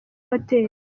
hotel